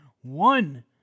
one